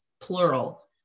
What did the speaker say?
plural